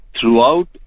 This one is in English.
throughout